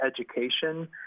education